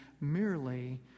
merely